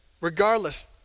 regardless